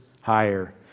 higher